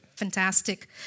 fantastic